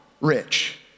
rich